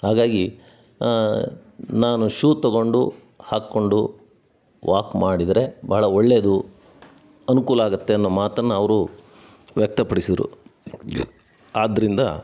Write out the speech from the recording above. ಹಾಗಾಗಿ ನಾನು ಶೂ ತೊಗೊಂಡು ಹಾಕಿಕೊಂಡು ವಾಕ್ ಮಾಡಿದರೆ ಭಾಳ ಒಳ್ಳೆಯದು ಅನುಕೂಲ ಆಗುತ್ತೆ ಅನ್ನೋ ಮಾತನ್ನು ಅವರು ವ್ಯಕ್ತಪಡಿಸಿದ್ರು ಆದ್ದರಿಂದ